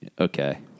Okay